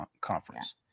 conference